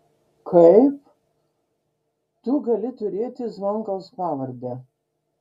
kaip tu gali turėti zvonkaus pavardę